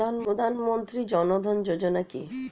প্রধানমন্ত্রী জনধন যোজনা কি?